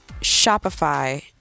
Shopify